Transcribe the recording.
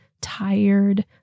tired